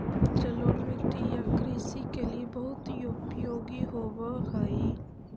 जलोढ़ मिट्टी या कृषि के लिए बहुत उपयोगी होवअ हई